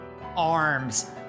arms